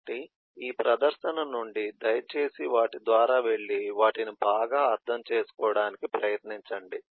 కాబట్టి ఈ ప్రదర్శన నుండి దయచేసి వాటి ద్వారా వెళ్లి వాటిని బాగా అర్థం చేసుకోవడానికి ప్రయత్నించండి